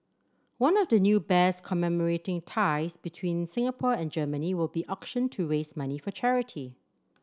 one of the new bears commemorating ties between Singapore and Germany will be auctioned to raise money for charity